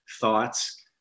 thoughts